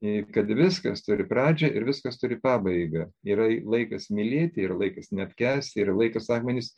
i kad viskas turi pradžią ir viskas turi pabaigą yra laikas mylėti ir laikas neapkęsti yra laikas akmenis